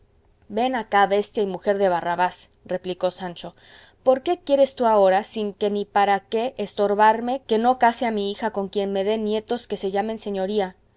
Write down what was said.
ven acá bestia y mujer de barrabás replicó sancho por qué quieres tú ahora sin qué ni para qué estorbarme que no case a mi hija con quien me dé nietos que se llamen señoría